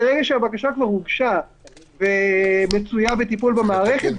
ברגע שהבקשה כבר הוגשה ומצויה בטיפול במערכת,